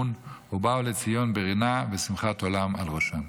ובאו ציון ברנה ושמחת עולם על ראשם".